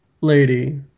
lady